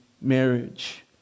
marriage